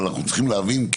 אבל אנחנו צריכים להבין,